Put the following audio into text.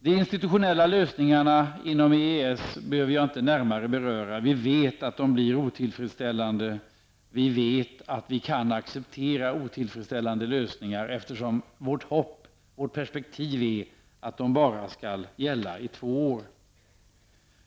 De institutionella lösningarna inom EES behöver jag inte närmare beröra. Vi vet att de blir otillfredsställande. Vi vet att vi kan acceptera otillfredsställande lösningar eftersom vårt hopp, vårt perspektiv, är att de bara skall gälla i två år.